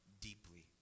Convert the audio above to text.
deeply